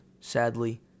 sadly